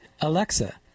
Alexa